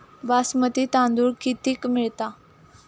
बासमती तांदूळ कितीक मिळता?